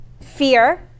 fear